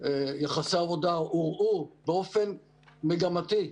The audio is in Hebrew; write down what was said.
יחסי עבודה הורעו באופן מגמתי,